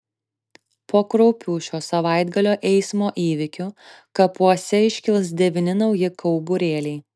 po kraupių šio savaitgalio eismo įvykių kapuose iškils devyni nauji kauburėliai